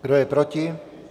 Kdo je proti?